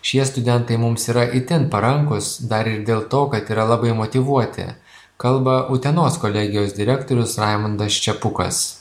šie studentai mums yra itin parankūs dar ir dėl to kad yra labai motyvuoti kalba utenos kolegijos direktorius raimundas čepukas